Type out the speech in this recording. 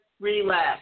relax